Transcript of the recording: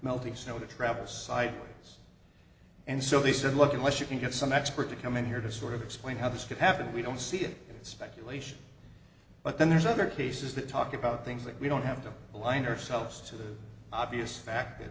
melting snow to travel site and so they said look unless you can get some expert to come in here to sort of explain how this could happen we don't see it speculation but then there's other cases that talk about things that we don't have to align ourselves to the obvious fact